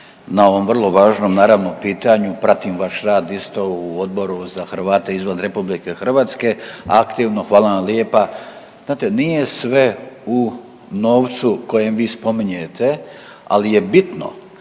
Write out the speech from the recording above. na ovom vrlo važnom naravno pitanju, pratim vaš rad isto u Odboru za Hrvate izvan iz RH, aktivno, hvala vam lijepa. Znate, nije sve u novcu koji vi spominjete, ali je bitno,